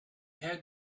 had